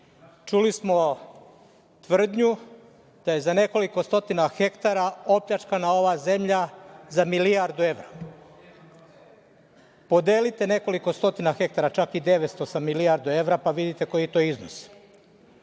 smo tvrdnju da je za nekoliko stotina hektara opljačkana ova zemlja za milijardu evra. Podelite nekoliko stotina hektara, čak i 900, sa milijardu evra, pa vidite koji je to iznos.